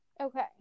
okay